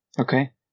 Okay